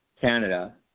Canada